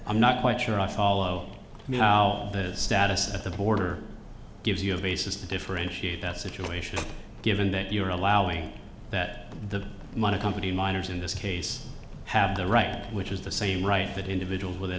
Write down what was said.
i'm not quite sure i follow me now that status at the border gives you a basis to differentiate that situation given that you're allowing that the mining company miners in this case have the right which is the same right that individuals within